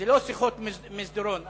אלה לא שיחות מסדרון,